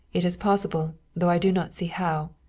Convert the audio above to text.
it is possible, though i do not see how.